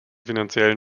finanziellen